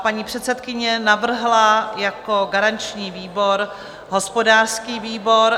Paní předsedkyně navrhla jako garanční výbor hospodářský výbor.